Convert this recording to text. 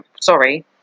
sorry